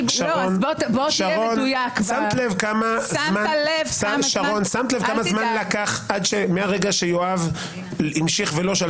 שמת לב כמה זמן לקח מהרגע שיואב המשיך ולא שאל